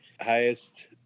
highest